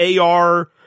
AR